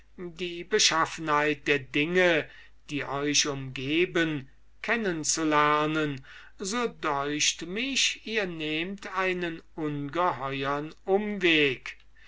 die beschaffenheit der dinge die euch umgeben kennen zu lernen so deucht mich ihr nehmt einen ungeheuren umweg